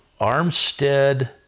Armstead